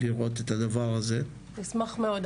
נשמח מאוד.